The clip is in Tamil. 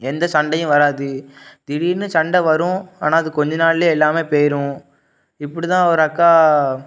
எந்த சண்டையும் வராது திடீர்னு சண்டை வரும் ஆனால் அது கொஞ்சம் நாளில் எல்லாம் போயிரும் இப்படி தான் ஒரு அக்கா